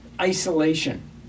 isolation